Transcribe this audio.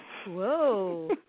whoa